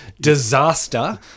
disaster